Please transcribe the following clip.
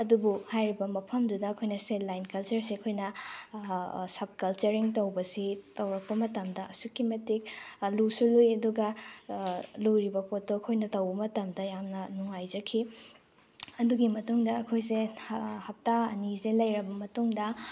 ꯑꯗꯨꯕꯨ ꯍꯥꯏꯔꯤꯕ ꯃꯐꯝꯗꯨꯗ ꯑꯩꯈꯣꯏꯅ ꯁꯦꯟ ꯂꯥꯏꯟ ꯀꯜꯆꯔꯁꯦ ꯑꯩꯈꯣꯏꯅ ꯁꯞ ꯀꯜꯆꯔꯔꯤꯡ ꯇꯧꯕꯁꯤ ꯇꯧꯔꯛꯄ ꯃꯇꯝꯗ ꯑꯁꯨꯛꯀꯤ ꯃꯇꯤꯛ ꯂꯨꯁꯨ ꯂꯨꯏ ꯑꯗꯨꯒ ꯂꯨꯔꯤꯕ ꯄꯣꯠꯇꯣ ꯑꯩꯈꯣꯏꯅ ꯇꯧꯕ ꯃꯇꯝꯗ ꯌꯥꯝꯅ ꯅꯨꯡꯉꯥꯏꯖꯈꯤ ꯑꯗꯨꯒꯤ ꯃꯇꯨꯡꯗ ꯑꯩꯈꯣꯏꯁꯦ ꯍꯞꯇꯥ ꯑꯅꯤꯁꯦ ꯂꯩꯔꯕ ꯃꯇꯨꯡꯗ